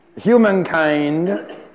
humankind